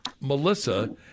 Melissa